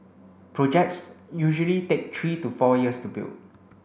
projects usually take three to four years to build